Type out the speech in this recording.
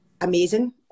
amazing